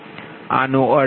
આનો અર્થ એ કે આ 0